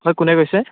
হয় কোনে কৈছে